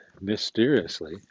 mysteriously